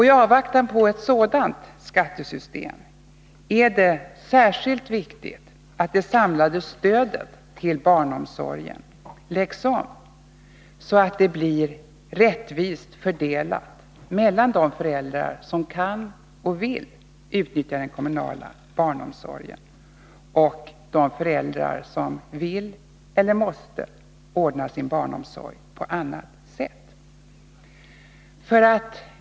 I avvaktan på ett sådant skattesystem är det särskilt viktigt att det samlade stödet till barnomsorgen läggs om, så att det blir mer rättvist fördelat mellan de föräldrar som kan och vill utnyttja den kommunala barnomsorgen och de föräldrar som vill eller måste ordna sin barnomsorg på annat sätt.